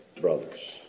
brothers